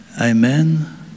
amen